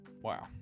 Wow